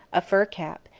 a fur cap,